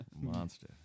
Monster